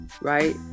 right